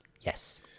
Yes